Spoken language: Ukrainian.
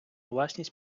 власність